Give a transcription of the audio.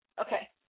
Okay